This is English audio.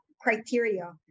criteria